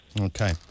Okay